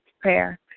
prayer